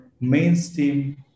mainstream